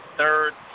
third